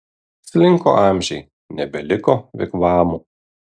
slinko amžiai nebeliko vigvamų